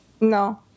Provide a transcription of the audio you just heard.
No